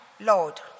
Lord